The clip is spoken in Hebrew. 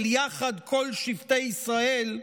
יחד כל שבטי ישראל,